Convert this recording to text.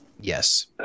Yes